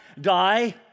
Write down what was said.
die